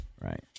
Right